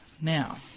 Now